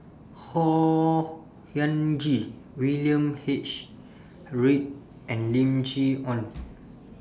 Khor Ean Ghee William H Read and Lim Chee Onn